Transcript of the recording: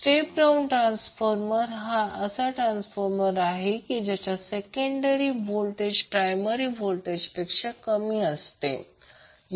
step down transformer हा असा एक ट्रान्सफॉर्मर आहे की ज्याचा सेकंडरी व्होल्टेज प्रायमरी व्होल्टेज पेक्षा कमी असते